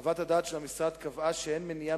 חוות הדעת של המשרד קבעה שאין מניעה